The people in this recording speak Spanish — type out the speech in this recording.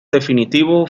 definitivo